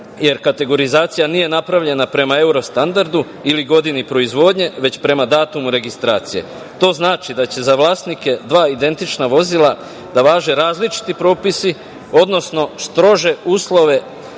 jer kategorizacija nije napravljena prema euro standardu ili godini proizvodnji, već prema datumu registracije. To znači da će za vlasnike dva identična vozila da važe različiti propisi, odnosno strože uslove